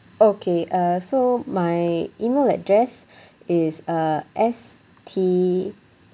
okay uh so my email address is uh S T